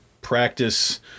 practice